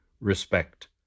respect